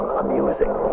amusing